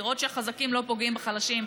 לראות שהחזקים לא פוגעים בחלשים,